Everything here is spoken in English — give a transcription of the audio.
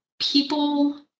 people